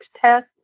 test